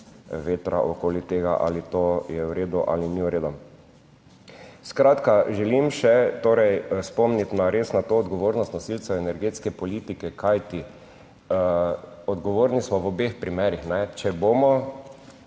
vetra okoli tega ali to je v redu ali ni v redu. Skratka, želim še, torej, spomniti res na to odgovornost nosilcev energetske politike, kajti odgovorni smo v obeh primerih, če bomo,